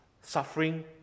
suffering